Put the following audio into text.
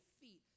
feet